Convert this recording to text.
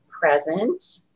present